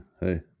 Hey